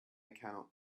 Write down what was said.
cannot